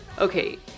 okay